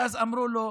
אמרו לו: